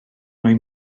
mae